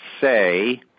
say